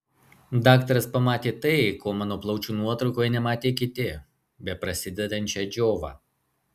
daktaras pamatė tai ko mano plaučių nuotraukoje nematė kiti beprasidedančią džiovą